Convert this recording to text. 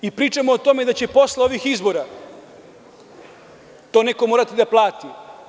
Pričamo o tome da će posle ovih izbora to neko morati da plati.